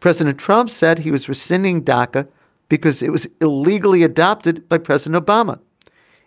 president trump said he was rescinding dhaka because it was illegally adopted. but president obama